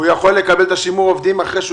הוא יכול לקבל את השימור עובדים אחרי שהוא